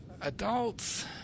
adults